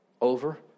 over